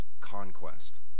conquest